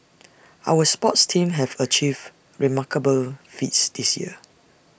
our sports teams have achieved remarkable feats this year